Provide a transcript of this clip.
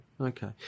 okay